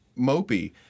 mopey